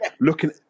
looking